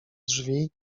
drzwi